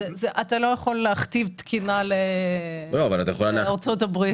אתה לא יכול להכתיב תקינה לארצות הברית.